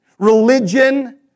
religion